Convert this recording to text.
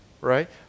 right